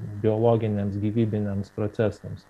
biologiniams gyvybiniams procesams